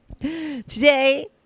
Today